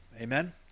amen